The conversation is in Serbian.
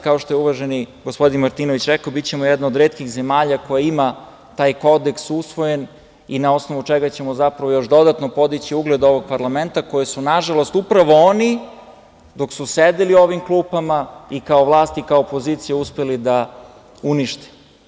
Kao što je uvaženi gospodin Martinović rekao, bićemo jedna od retkih zemalja koja ima usvojen taj kodeks i na osnovu čega ćemo zapravo još dodatno podići ugled ovog parlamenta koji su, nažalost, upravo oni dok su sedeli u ovim klupama, i kao vlast i kao opozicija, uspeli da unište.